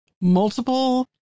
multiple